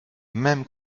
même